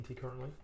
currently